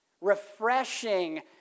refreshing